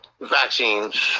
vaccines